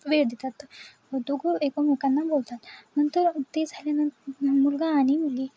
वेळ देतात मग दोघं एकमेकांना बोलतात नंतर ते झाल्यानं मुलगा आणि मुलगी